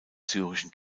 syrischen